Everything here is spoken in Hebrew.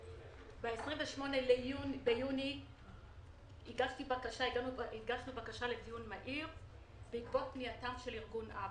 ב-28 ביוני הגשתי בקשה לדיון מהיר בעקבות פנייתו של ארגון א.ב.א.